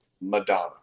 madonna